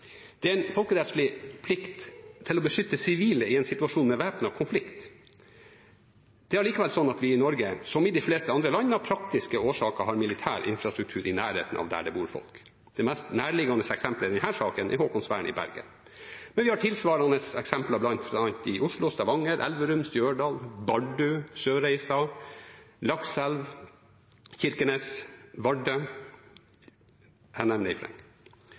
Det er en folkerettslig plikt å beskytte sivile i en situasjon med væpnet konflikt. Det er allikevel sånn at vi i Norge, som i de fleste andre land, av praktiske årsaker har militær infrastruktur i nærheten av der det bor folk. Det mest nærliggende eksemplet i denne saken er Haakonsvern i Bergen. Men vi har tilsvarende eksempler, bl.a. Oslo, Stavanger, Elverum, Stjørdal, Bardu, Sørreisa, Lakselv, Kirkenes og Vardø – jeg nevner i fleng.